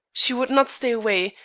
she would not stay away,